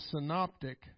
synoptic